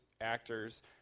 actors